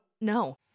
no